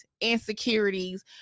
insecurities